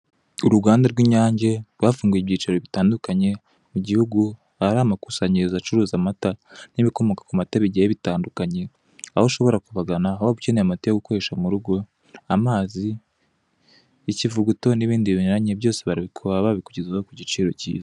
Uruganda rw'inyange rwafunguye ibyicaro bitandukanye mu gihugu ahari amakusanyirizo acuruza amata, n'ibikomoka ku mata bigiye bitandukanye, aho ushobora kubagana waba ukeneye amata yo gukoresha mu rugo, amazi, ikivuguto, ndetse n'ibindi byose binyuranye, byose barabikugezaho ku giciro kiza.